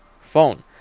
phone